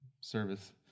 service